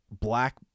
black –